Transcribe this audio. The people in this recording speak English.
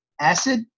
acid